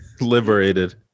liberated